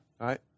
right